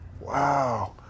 Wow